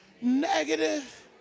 negative